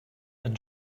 and